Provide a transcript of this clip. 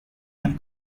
and